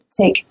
take